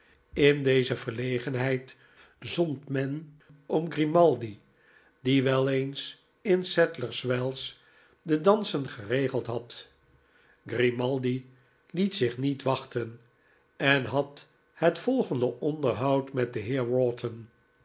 in deze verlegenheid zond men om grimaldi die wel eens in sadlers wells de dansen geregeld had grimaldi liet zich niet wachten en had het volgende onderhoud met den heer